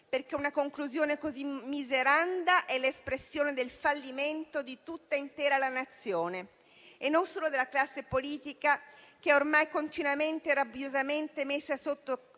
perché una conclusione così miseranda è l'espressione del fallimento di tutta intera la nazione, e non solo della classe politica che è ormai continuamente e rabbiosamente messa sotto